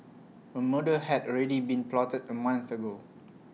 A murder had already been plotted A month ago